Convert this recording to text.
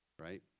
right